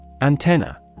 Antenna